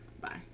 Bye